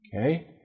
Okay